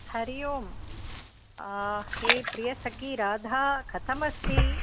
हरिः ओं हे प्रियसखि राधे कथमस्ति